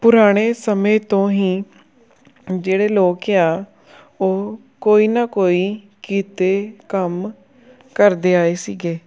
ਪੁਰਾਣੇ ਸਮੇਂ ਤੋਂ ਹੀ ਜਿਹੜੇ ਲੋਕ ਆ ਉਹ ਕੋਈ ਨਾ ਕੋਈ ਕਿੱਤੇ ਕੰਮ ਕਰਦੇ ਆਏ ਸੀਗੇ